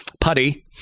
Putty